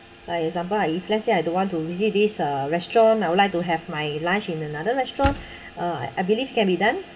like example if let's say I don't want to visit this uh restaurant I would like to have my lunch in another restaurant uh I believe it can be done